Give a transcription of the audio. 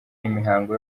imihango